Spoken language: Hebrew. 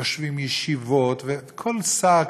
יושבים ישיבות וכל שר,